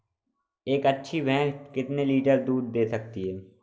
एक अच्छी भैंस कितनी लीटर दूध दे सकती है?